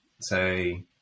say